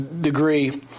degree